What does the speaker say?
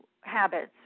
habits